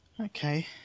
Okay